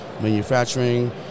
manufacturing